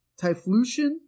Typhlosion